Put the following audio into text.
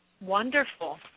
Wonderful